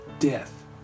death